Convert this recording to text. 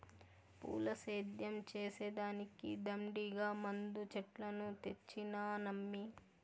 పూల సేద్యం చేసే దానికి దండిగా మందు చెట్లను తెచ్చినానమ్మీ